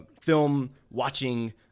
film-watching